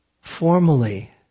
formally